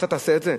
אתה תעשה את זה?